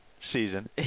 season